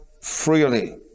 freely